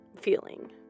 feeling